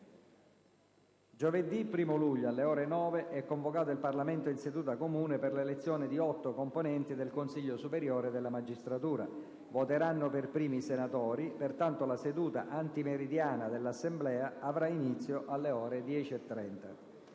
Giovedì 1° luglio, alle ore 9, è convocato il Parlamento in seduta comune per 1'elezione di otto componenti del Consiglio superiore della magistratura. Voteranno per primi i senatori. Pertanto, la seduta antimeridiana dell'Assemblea avrà inizio alle ore 10,30.